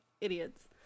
idiots